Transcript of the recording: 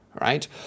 right